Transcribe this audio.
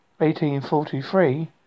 1843